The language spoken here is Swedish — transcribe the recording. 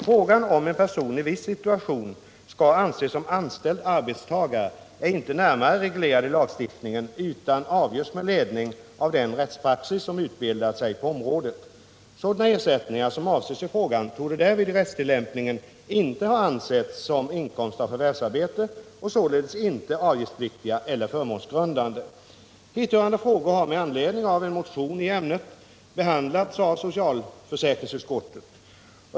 Frågan om en person i en viss situation skall anses som anställd arbetstagare är inte närmare reglerad i lagstiftningen utan avgörs med ledning av den rättspraxis som utbildat sig på området. Sådana ersättningar som avses i frågan torde därvid i rättstillämpningen inte ha ansetts som inkomst av förvärvsarbete och således inte avgiftspliktiga eller förmånsgrundande. Hithörande frågor har med anledning av en motion i ämnet behandlats av socialförsäkringsutskottet.